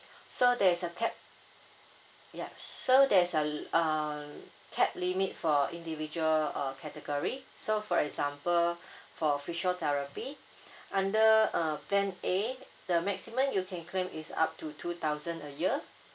so there is a cap ya so there's a l~ err cap limit for individual uh category so for example for physiotherapy under uh plan A the maximum you can claim is up to two thousand a year